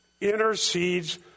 intercedes